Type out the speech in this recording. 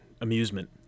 amusement